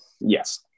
yes